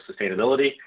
sustainability